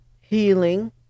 healing